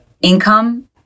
income